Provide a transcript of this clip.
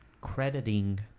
crediting